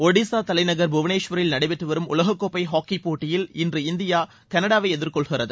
ஒடிசா தலைநகர் புவனேஸ்வரில் நடைபெற்று வரும் உலகக்கோப்பை ஹாக்கி போட்டியில் இன்று இந்தியா கனடாவை எதிர்கொள்கிறது